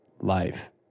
life